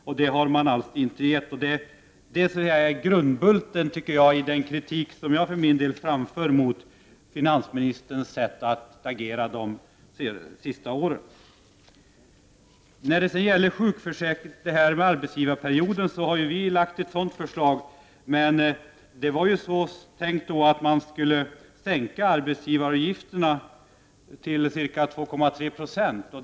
Det kravet har regeringen inte tillmötesgått, och det är grundbulten i den kritik som jag för min del framför mot finansministerns sätt att agera under de senaste åren. Vad beträffar arbetsgivarperioden inom sjukförsäkringen vill jag säga att vi har lagt fram ett sådant förslag, men det var ju då tänkt att arbetsgivaravgifterna skulle sänkas till ca 2,3 20.